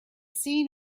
seen